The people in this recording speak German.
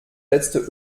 letzte